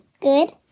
Good